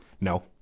No